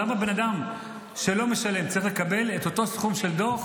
למה בן אדם שלא משלם צריך לקבל את אותו סכום של דוח